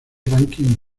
ranking